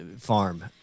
farm